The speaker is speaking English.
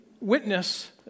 witness